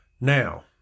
Now